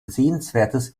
sehenswertes